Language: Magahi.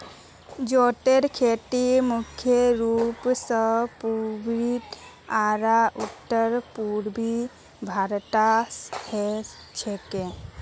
जूटेर खेती मुख्य रूप स पूर्वी आर उत्तर पूर्वी भारतत ह छेक